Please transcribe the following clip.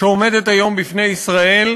שעומדת היום בפני ישראל,